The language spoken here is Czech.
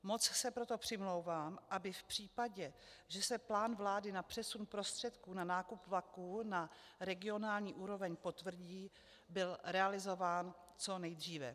Moc se proto přimlouvám, aby v případě, že se plán vlády na přesun prostředků na nákup vlaků na regionální úroveň potvrdí, byl realizován co nejdříve.